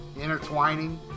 intertwining